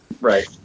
right